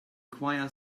choir